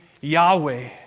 Yahweh